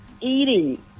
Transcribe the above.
eating